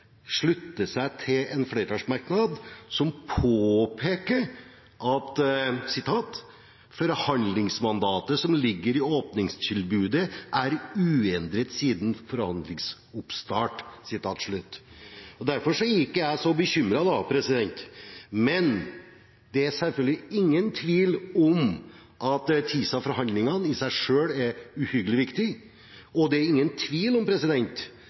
slutter seg til en flertallsmerknad hvor det påpekes at «forhandlingsmandatet som ligger i åpningstilbudet er uendret siden forhandlingsoppstart». Og derfor er ikke jeg så bekymret. Men det er selvfølgelig ingen tvil om at TISA-forhandlingene i seg selv er uhyre viktige, og det er ingen tvil om